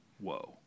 Whoa